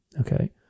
okay